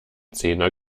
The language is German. zehner